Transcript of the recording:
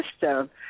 system